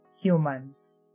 humans